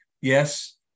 Yes